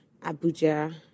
Abuja